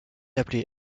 appelée